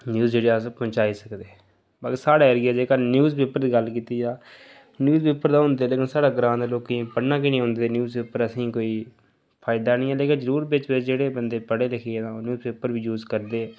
news जेह्ड़ी अस पजाई सकदे मतलब साढ़ा एरिया जेह्का न्यूज़पेपर दी गल्ल कीती जा न्यूज़पेपर ते हून चले साढ़े ग्रांऽ दे लोकें ई एह् पढ़ना गै निं औंदे एह् असें गी कोई फायदा निं ऐ लेकिन जरूर बिच बिच जेह्ड़े बंदे पढ़े लिखे दे न ओह् पेपर बी यूज़ करदे